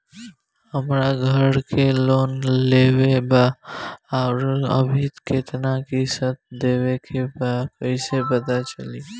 हमरा घर के लोन लेवल बा आउर अभी केतना किश्त देवे के बा कैसे पता चली?